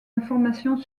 informations